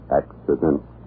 accident